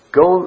go